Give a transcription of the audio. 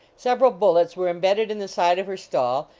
several bul lets were imbedded in the side of her stall,